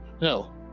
no